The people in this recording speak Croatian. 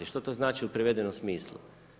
Što to znači u prevedenom smislu?